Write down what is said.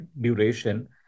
duration